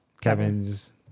Kevin's